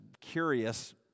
curious